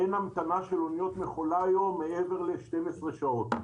אין המתנה של אוניות מכולה היום מעבר ל-12 שעות.